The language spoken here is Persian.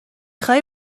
خوای